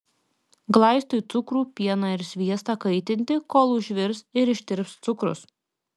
glaistui cukrų pieną ir sviestą kaitinti kol užvirs ir ištirps cukrus